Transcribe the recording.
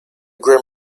grim